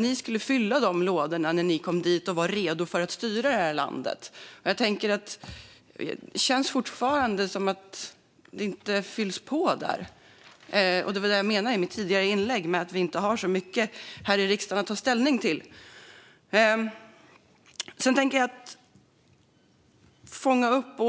Ni skulle fylla de lådorna när ni kom dit och var redo att styra landet. Det känns fortfarande som att det inte fylls på där. Det var vad jag menade med vad jag sa i mitt tidigare inlägg om att vi inte har så mycket att ta ställning till här i